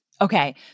Okay